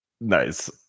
nice